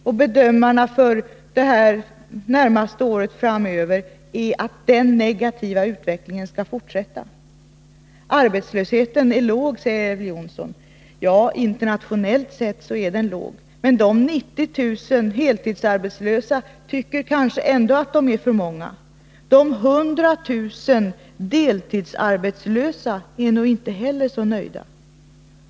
Och enligt bedömningarna för det närmaste året skall denna negativa utveckling fortsätta. Arbetslösheten är låg, säger Elver Jonsson. Ja, internationellt sett är den det. Men de 90 000 heltidsarbetslösa tycker kanske ändå att de är för många. Och de 100 000 deltidsarbetslösa är nog inte heller så nöjda.